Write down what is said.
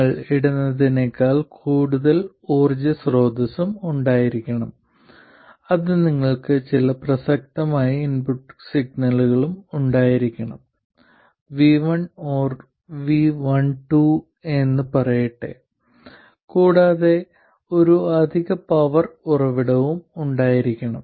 നിങ്ങൾ ഇടുന്നതിനേക്കാൾ കൂടുതൽ ഊർജ്ജ സ്രോതസ്സും ഉണ്ടായിരിക്കണം അത് നിങ്ങൾക്ക് ചില പ്രസക്തമായ ഇൻപുട്ട് സിഗ്നലുകൾ ഉണ്ടായിരിക്കണം v1 or vin എന്ന് പറയട്ടെ കൂടാതെ ഒരു അധിക പവർ ഉറവിടവും ഉണ്ടായിരിക്കണം